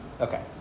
Okay